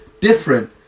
different